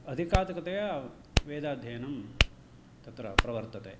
अदिकादिकतया वेदाध्ययनं तत्र प्रवर्तते